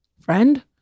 friend